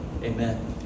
amen